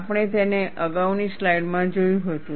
આપણે તેને અગાઉની સ્લાઇડમાં જોયું હતું